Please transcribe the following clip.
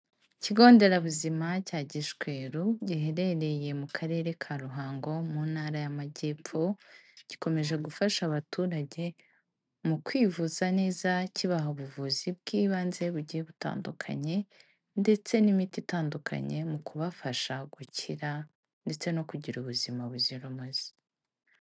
Ikigo nderabuzima cya Gishweru, giherereye mu karere ka Ruhango, mu ntara y'amajyepfo, gikomeje gufasha abaturage, mu kwivuza neza, kibaha ubuvuzi bw'ibanze bugiye butandukanye, ndetse n'imiti itandukanye mu kubafasha gukira, ndetse no kugira ubuzima buzira umuze.